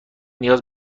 نیاز